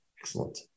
Excellent